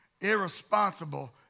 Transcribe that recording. irresponsible